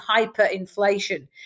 hyperinflation